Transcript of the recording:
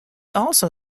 also